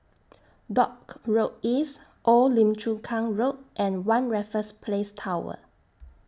Dock Road East Old Lim Chu Kang Road and one Raffles Place Tower